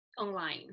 online